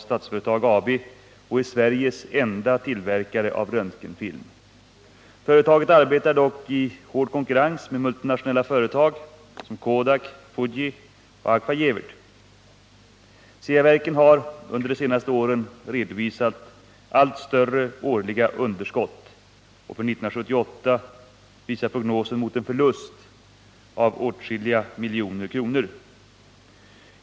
Sveriges enda tillverkare av röntgenfilm. Företaget arbetar dock i hård konkurrens med multinationella företag som Kodak, Fuji och Agfa-Gevaert. Ceaverken har under de senaste åren redovisat allt större årliga underskott. För 1978 visar prognosen mot en förlust på åtskilliga miljoner kronor.